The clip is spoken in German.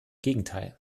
gegenteil